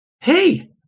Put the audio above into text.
hey